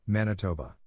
Manitoba